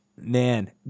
Man